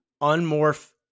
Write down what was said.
Unmorph